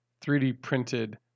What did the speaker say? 3D-printed